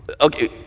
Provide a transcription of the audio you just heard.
Okay